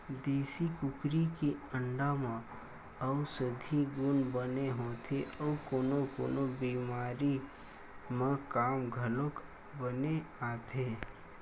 देसी कुकरी के अंडा म अउसधी गुन बने होथे अउ कोनो कोनो बेमारी म काम घलोक बने आथे